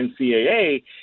NCAA